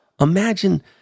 Imagine